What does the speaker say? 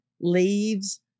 leaves